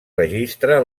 registra